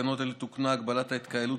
בתקנות אלה תוקנה הגבלת ההתקהלות,